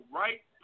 right